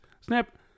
Snap